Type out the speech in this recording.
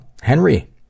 Henry